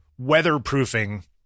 weatherproofing